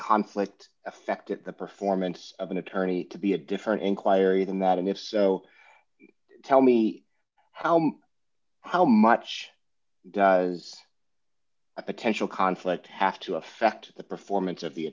conflict affected the performance of an attorney to be a different inquiry than that and if so tell me how much is a potential conflict have to affect the performance of the